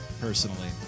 personally